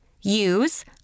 Use